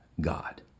God